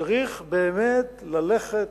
צריך באמת ללכת,